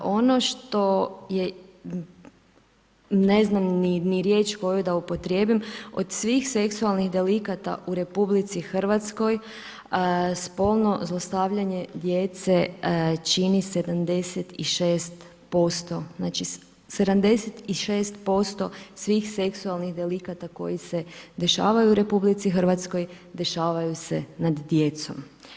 Ono što je ne znam ni riječ koju da upotrijebim, od svih seksualnih delikata u RH spolno zlostavljanje djece, čini 76%, znači 76% svih seksualnih delikata koji se dešavaju u RH, dešavaju se nad djecom.